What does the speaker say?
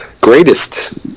greatest